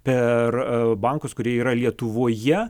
per bankus kurie yra lietuvoje